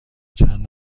چند